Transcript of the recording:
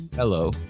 Hello